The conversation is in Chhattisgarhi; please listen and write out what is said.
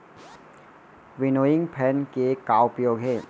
विनोइंग फैन के का उपयोग हे?